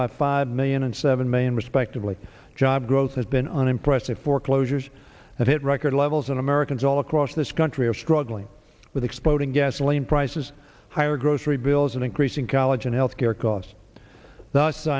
by five million and seven million respectively job growth has been unimpressive foreclosures and hit record levels and americans all across this country are struggling with exploding gasoline prices higher grocery bills and increasing college and health care costs